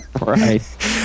Right